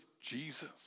Jesus